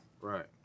Right